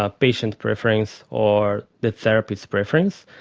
ah patient preference or the therapist's preference.